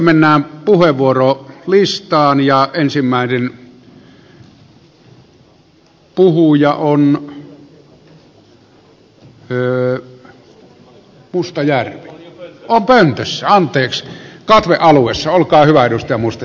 mennään puhevuorolistaan ja ensimmäinen puhuja on pankeissa anteeks katvealueeseen vaan laadusta mustajärvi